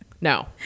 No